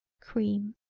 cream.